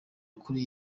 kuri